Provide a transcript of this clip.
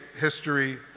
history